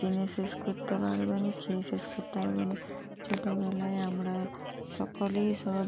কিনে শেষ করতে পারবে না খেয়ে শেষ করতে পারবে না ছোটোবেলায় আমরা সকলেই সব